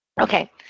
Okay